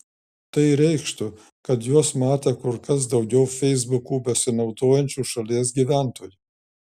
tai reikštų kad juos matė kur kas daugiau feisbuku besinaudojančių šalies gyventojų